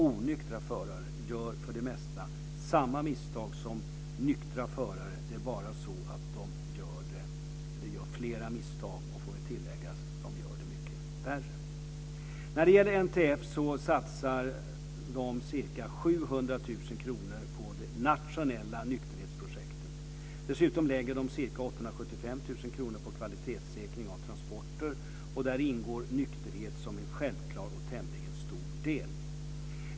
Onyktra förare gör för det mesta samma misstag som nyktra förare, det är bara så att de gör fler och värre misstag. NTF satsar ca 700 000 kr på det nationella nykterhetsprojektet. Dessutom lägger NTF ca 875 000 kr på kvalitetssäkring av transporter, och däri ingår nykterhet som en självklar och tämligen stor del.